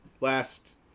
last